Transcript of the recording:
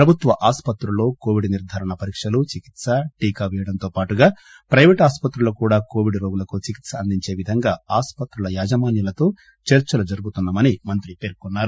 ప్రభుత్వ ఆసుపత్రుల్లో కోవిడ్ నిర్దారణ పరీక్షలు చికిత్స టీకా పేయడంతో పాటుగా పైవేటు ఆసుపత్రుల్లో కూడా కోవిడ్ రోగులకు చికిత్స అందించే విధంగా ఆసుపత్రుల యాజమాన్యాలతో చర్సలు జరుపుతున్నా మని మంత్రి పేర్కొన్నారు